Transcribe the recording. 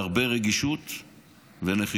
ובהרבה רגישות ונחישות.